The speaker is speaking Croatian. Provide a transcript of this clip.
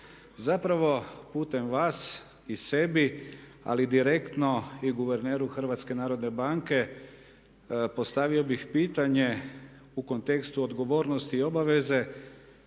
Zapravo putem vas i sebi ali direktno i guverneru HNB-a postavio bih pitanje u kontekstu odgovornosti i obaveze